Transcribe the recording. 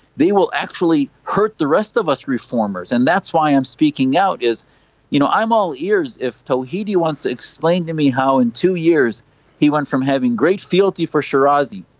they will actually hurt the rest of us reformers, and that's why i am speaking out. you know i'm all ears if tawhidi wants to explain to me how in two years he went from having great fealty for shirazi,